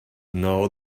now